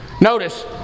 Notice